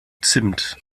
zimt